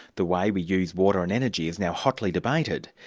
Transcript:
the way we use water and energy is now hotly debated.